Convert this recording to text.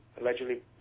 allegedly